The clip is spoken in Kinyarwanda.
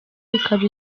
ikaba